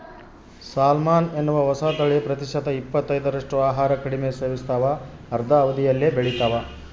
salmon ಎನ್ನುವ ಹೊಸತಳಿ ಪ್ರತಿಶತ ಇಪ್ಪತ್ತೈದರಷ್ಟು ಆಹಾರ ಕಡಿಮೆ ಸೇವಿಸ್ತಾವ ಅರ್ಧ ಅವಧಿಯಲ್ಲೇ ಬೆಳಿತಾವ